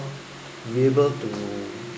be able to